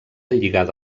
lligada